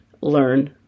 learn